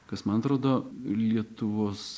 kas man atrodo lietuvos